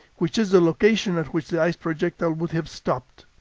which is the location at which the ice projectile would have stopped.